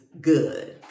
good